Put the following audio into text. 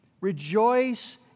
Rejoice